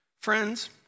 Friends